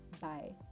bye